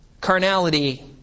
Carnality